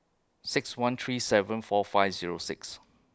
six one three seven four five Zero six